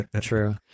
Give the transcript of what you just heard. True